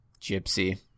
Gypsy